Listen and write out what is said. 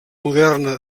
moderna